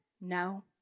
No